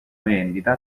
vendita